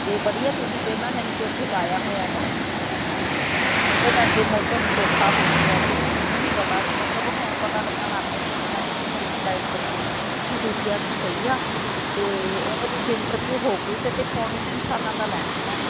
ਤੇ ਵਧੀਆ ਤੁਸੀਂ ਪਹਿਲਾਂ ਜਾਨੀ ਕੀ ਉੱਥੇ ਲਾਇਆ ਹੋਇਆ ਗਾ ਤੇ ਉਹਦੇ ਕਰਕੇ ਮੈਂ ਤੁਹਾਨੂੰ ਸੌਖਾ ਹੋਜੂਗਾ ਕਿਉਂਕੀ ਮੈਨੂੰ ਨੀ ਪਤਾ ਸੀ ਮਤਲਬ ਹੁਣ ਪਤਾ ਲੱਗਣ ਲੱਗ ਪਿਆ ਕਿਉਂਕੀ ਮੈਂ ਤਾਂ ਤੁਹਾਨੂੰ ਇਹੀ ਗਾਈਡ ਕਰੂੰਗੀ ਕੀ ਡੀਪੀਐਸ ਸਹੀ ਆ ਤੇ ਇਹਦੇ ਵਿੱਚ ਇੰਟਰਵਿਊ ਹੋਊਈ ਤੇ ਪੌਣੇ ਤਿੰਨ ਸਾਲਾਂ ਦਾ ਲੈਣਾ ਇਹਨਾਂ ਨੇ